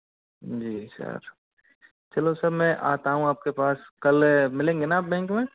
जी sir चलो sir में आता हूँ आपके पास कल मिलेंगे ना आप बैंक में